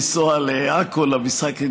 לנסוע לעכו למשחק,